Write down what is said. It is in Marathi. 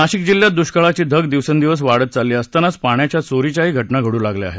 नाशिक जिल्ह्यात दृष्काळाची धग दिवसेंदिवस वाढत चालली असतानाच पाण्याच्या चोरीच्याही घटना घडू लागल्या आहेत